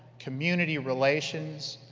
community relations,